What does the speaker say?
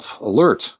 alert